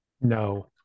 no